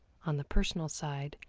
on the personal side,